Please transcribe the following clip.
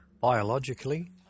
Biologically